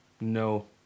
No